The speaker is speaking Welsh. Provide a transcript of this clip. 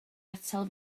atal